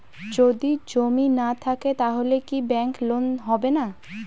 যদি জমি না থাকে তাহলে কি ব্যাংক লোন হবে না?